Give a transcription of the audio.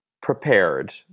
prepared